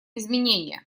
изменения